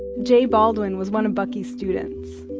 jay baldwin was one of bucky's students.